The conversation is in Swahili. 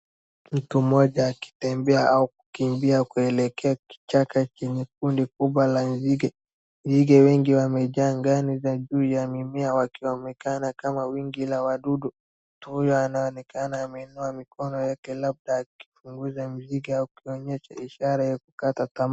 Mtu mmoja akitembea au kukimbia kuelekea kichaka chenye kundi kubwa la nzige. Nzige wengi wamejaa angani na juu ya mimea, wakionekana kama wingu la wadudu. Mtu huyo anaonekana ameinua mikono yake, labda akifukuza nzige au akionyesha ishara ya kukata tamaa.